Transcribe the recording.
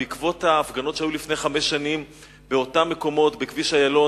בעקבות ההפגנות שהיו לפני חמש שנים באותם מקומות בכביש איילון,